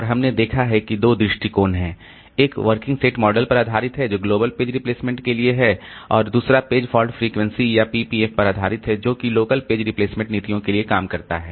और हमने देखा है कि दो दृष्टिकोण हैं एक वर्किंग सेट मॉडल पर आधारित है जो ग्लोबल पेज रिप्लेसमेंट के लिए है और दूसरा पेज फॉल्ट फ्रीक्वेंसी या PPF पर आधारित है जो कि लोकल पेज रिप्लेसमेंट नीतियों के लिए काम करता है